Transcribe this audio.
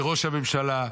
לראש הממשלה,